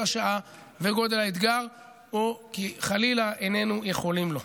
השעה וגודל האתגר או כי חלילה איננו יכולים לו.